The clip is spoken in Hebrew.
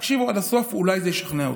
תקשיבו עד הסוף, אולי זה ישכנע אתכם.